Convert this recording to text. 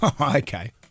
okay